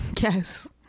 Yes